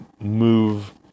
move